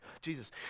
Jesus